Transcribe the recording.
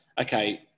okay